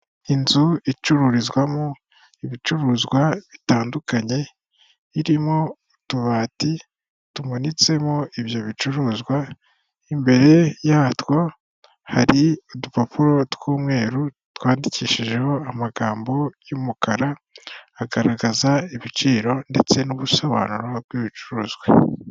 Inzu icururizwamo ibicuruzwa bitandukanye irimo utubati tumanitsemo ibyo bicuruzwa, imbere yatwo hari udupapuro tw'umweru twandikishijeho amagambo y'umukara agaragaza ibiciro ndetse n'ubusobanuro bw'ibicuruzwa.